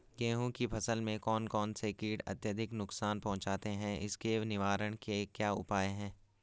गेहूँ की फसल में कौन कौन से कीट अत्यधिक नुकसान पहुंचाते हैं उसके निवारण के क्या उपाय हैं?